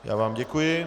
Já vám děkuji.